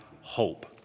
hope